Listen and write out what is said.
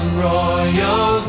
Royal